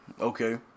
Okay